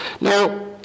Now